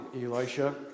Elisha